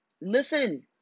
Listen